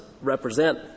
represent